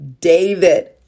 David